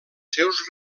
seus